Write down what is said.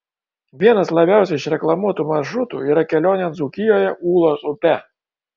vienas labiausiai išreklamuotų maršrutų yra kelionė dzūkijoje ūlos upe